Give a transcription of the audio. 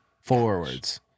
forwards